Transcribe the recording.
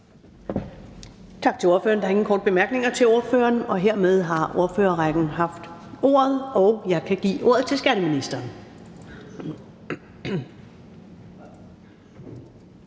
Tak til ordføreren. Der er ingen korte bemærkninger til ordføreren. Hermed har alle ordførerne haft ordet, og jeg kan give ordet til skatteministeren.